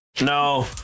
No